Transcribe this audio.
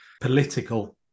political